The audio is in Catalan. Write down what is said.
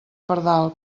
pardal